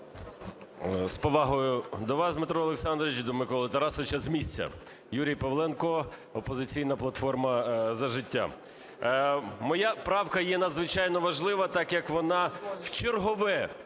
З повагою до вас Дмитре Олександровичу і до Миколи Тарасовича, з місця. Юрій Павленко, "Опозиційна платформа – За життя". Моя правка є надзвичайно важлива, так як вона в чергове